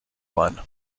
won